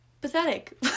pathetic